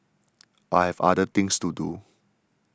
I have other things to do